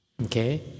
Okay